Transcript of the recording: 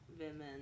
women